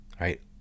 right